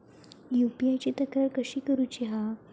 UPI ची तक्रार कशी करुची हा?